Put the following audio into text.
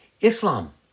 Islam